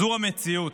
זו המציאות.